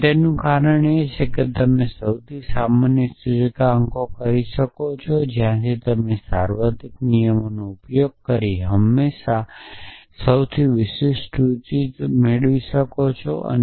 અને તેનું કારણ એ છે કે તમે સૌથી સામાન્ય સૂચકાંકો કરી શકો છો જ્યાંથી તમે સાર્વત્રિક નિયમનો ઉપયોગ કરીને હંમેશાં સૌથી વિશિષ્ટ સૂચનો મેળવી શકો છો